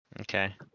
Okay